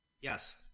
Yes